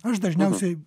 aš dažniausiai